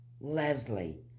Leslie